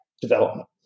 development